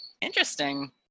interesting